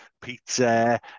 pizza